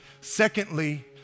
Secondly